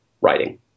writing